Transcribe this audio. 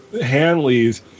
Hanley's